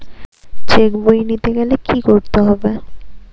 Check বই নিতে হলে কি করতে হবে?